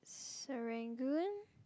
Serangoon